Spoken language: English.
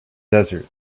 desert